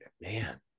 man